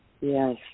Yes